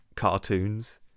cartoons